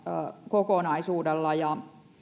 kokonaisuudella